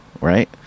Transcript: right